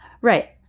Right